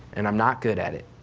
and i'm not good at it,